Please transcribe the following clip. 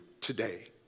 today